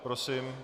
Prosím.